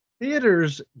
theaters